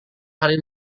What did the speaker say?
hari